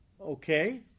Okay